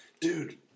dude